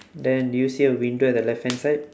then did you see a window at the left hand side